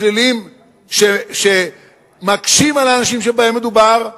מסלולים שמקשים על האנשים שמדובר בהם.